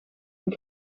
een